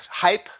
hype